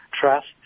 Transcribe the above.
trust